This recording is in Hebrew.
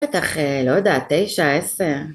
‫בטח, לא יודעת, תשע, עשר?